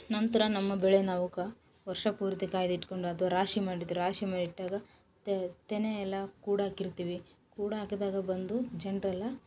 ನಂತೆ ನಮ್ಮ ಬೆಳೆನ್ನ ಅವಕ್ಕೆ ವರ್ಷ ಪೂರ್ತಿ ಕಾಯ್ದಿಟ್ಕೊಂಡು ಅದು ರಾಶಿ ಮಾಡಿದ್ರೆ ರಾಶಿ ಮಾಡಿಟ್ಟಾಗ ತೆನೆಯೆಲ್ಲ ಕೂಡಾಕಿರ್ತೀವಿ ಕೂಡಾಕಿದಾಗ ಬಂದು ಜನರೆಲ್ಲ